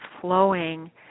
flowing